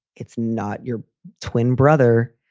it's not your twin brother.